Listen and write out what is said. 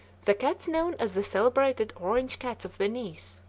the cats known as the celebrated orange cats of venice,